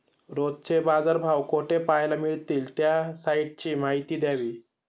रोजचे बाजारभाव कोठे पहायला मिळतील? त्या साईटची माहिती द्यावी